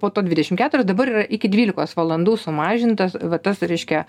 po to dvidešimt keturios dabar yra iki dvylikos valandų sumažintas va tas reiškia